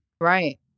Right